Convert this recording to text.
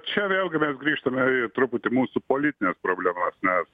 čia vėlgi mes grįžtame į truputį mūsų politines problemas nes